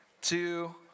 two